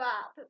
up